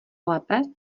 lépe